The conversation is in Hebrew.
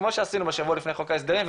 כמו שעשינו בשבוע שלפני חוק ההסדרים,